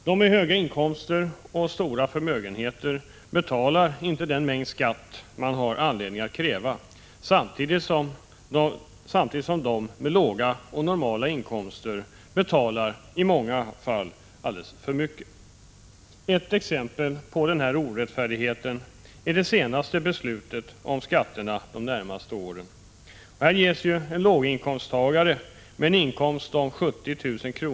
De med höga inkomster och stora förmögenheter betalar inte den mängd skatt man har anledning att kräva, samtidigt som de med låga och normala inkomster i många fall betalar alldeles för mycket. Ett exempel på denna orättfärdighet är det senaste beslutet om skatterna för de närmaste åren. En låginkomsttagare med en inkomst på 70 000 kr.